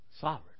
sovereign